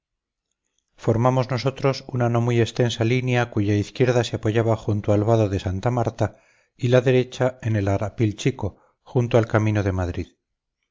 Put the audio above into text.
formamos nosotros una no muy extensa línea cuya izquierda se apoyaba junto al vado de santa marta y la derecha en el arapil chico junto al camino de madrid